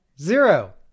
Zero